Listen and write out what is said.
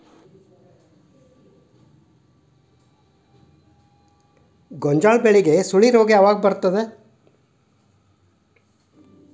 ಗೋಂಜಾಳ ಬೆಳೆಗೆ ಸುಳಿ ರೋಗ ಯಾವಾಗ ಬರುತ್ತದೆ?